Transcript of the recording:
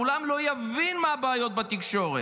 לעולם לא יבין מה הבעיות בתקשורת,